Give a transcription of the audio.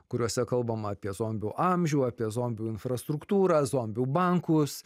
kuriuose kalbama apie zombių amžių apie zombių infrastruktūrą zombių bankus